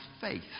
faith